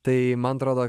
tai man atrodo